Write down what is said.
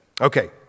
Okay